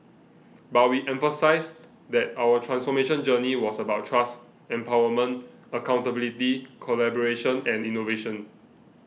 but we emphasised that our transformation journey was about trust empowerment accountability collaboration and innovation